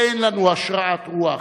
אין לנו השראת רוח,